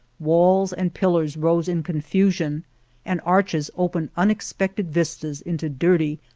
walls and pillars rose in confusion and arches opened unexpected vistas into dirty,